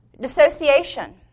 Dissociation